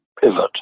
pivot